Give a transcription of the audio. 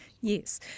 Yes